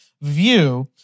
view